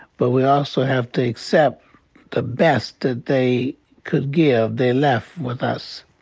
but we also have to accept the best that they could give they left with us.